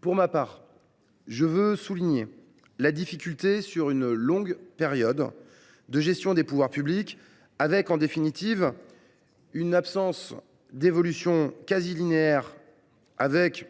Pour ma part, je veux souligner la difficulté sur une longue période de la gestion des pouvoirs publics, avec, en définitive, une absence d’évolution linéaire. On assiste à